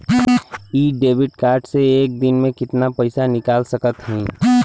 इ debit card से एक दिन मे कितना पैसा निकाल सकत हई?